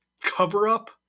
cover-up